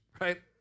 right